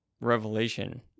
Revelation